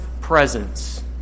presence